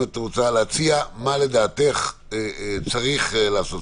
את רוצה להציע מה לדעתך צריך לעשות.